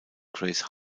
grace